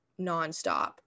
nonstop